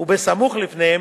וסמוך לפניהם,